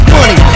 Money